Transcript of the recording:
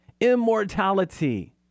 Immortality